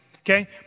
okay